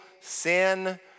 sin